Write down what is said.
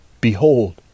behold